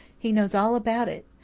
he knows all about it.